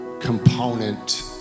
component